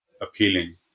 appealing